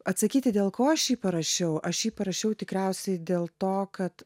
atsakyti dėl ko aš jį parašiau aš jį parašiau tikriausiai dėl to kad